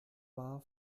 war